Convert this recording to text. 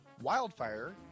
wildfire